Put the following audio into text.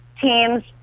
team's